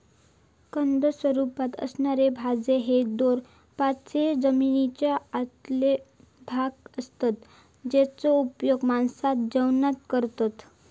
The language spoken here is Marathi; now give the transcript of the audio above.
कंद स्वरूपात असणारे भाज्ये हे रोपांचे जमनीच्या आतले भाग असतत जेचो उपयोग माणसा जेवणात करतत